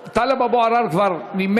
36, אין